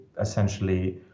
essentially